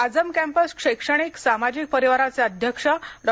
Azam campus शैक्षणिक सामाजिक परिवाराचे अध्यक्ष डॉ